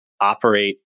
operate